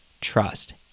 trust